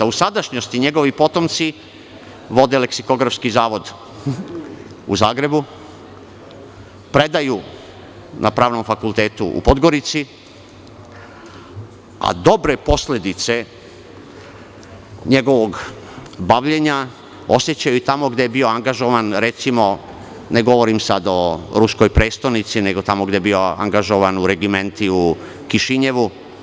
U sadašnjosti njegovi potomci vode Leksikografski zavod u Zagrebu, predaju na Pravnom fakultetu u Podgorici, a dobre posledice njegovog bavljenja osećaju tamo gde je bio angažovan, recimo, ne govorim sada o ruskoj prestonici nego tamo gde je bio angažovan u regimentiju Kišinjevu.